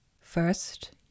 First